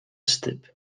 stip